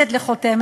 שוב,